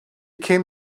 came